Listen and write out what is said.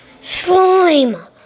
Slime